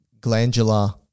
glandular